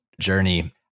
journey